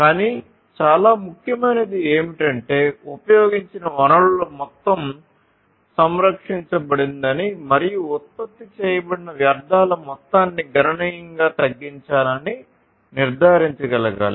కానీ చాలా ముఖ్యమైనది ఏమిటంటే ఉపయోగించిన వనరుల మొత్తం సంరక్షించబడిందని మరియు ఉత్పత్తి చేయబడిన వ్యర్థాల మొత్తాన్ని గణనీయంగా తగ్గించాలని నిర్ధారించగలగాలి